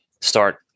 start